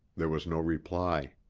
there was no reply.